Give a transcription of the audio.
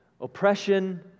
oppression